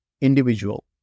individual